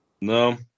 No